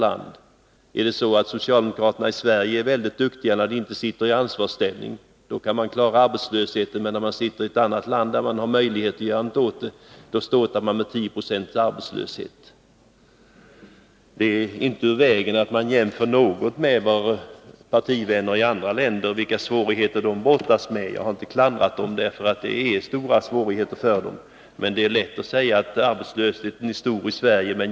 Eller är det så att socialdemokraterna är väldigt duktiga när det gäller att klara arbetslöshetsproblemen bara när de som i Sverige inte sitter i ansvarsställning? I andra länder, där de har möjlighet att göra någonting åt arbetslösheten, är den så stor som 10 96. Det är inte ur vägen att något jämföra med vilka svårigheter partivänner i andra länder brottas med. Jag har inte klandrat dem, för de har stora svårigheter, men det är lätt att säga att arbetslösheten är stor i Sverige.